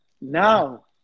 Now